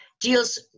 deals